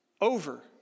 over